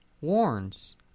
warns